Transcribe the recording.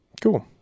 cool